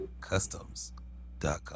Customs.com